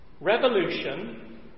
revolution